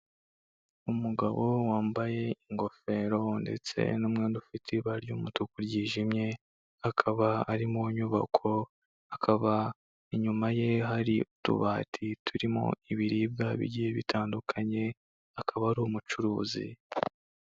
Umugabo wambaye ingofero ndetse n'umwenda ufite ibara ry'umutuku ryijimye, akaba ari mu nyubako, akaba inyuma ye hari utubati turimo ibiribwa bigiye bitandukanye, akaba ari umucuruzi.